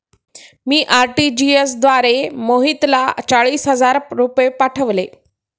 मी RTGS द्वारे मोहितला चाळीस हजार रुपये पाठवले